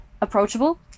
approachable